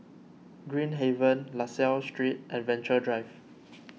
Green Haven La Salle Street and Venture Drive